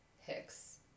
Hicks